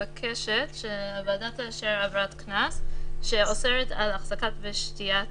מבקשת שעבירת קנס שאוסרת על החזקת ושתיית